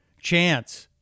chance